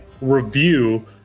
review